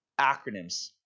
acronyms